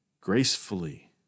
gracefully